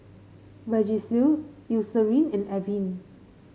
Vagisil Eucerin and Avene